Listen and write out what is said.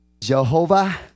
Jehovah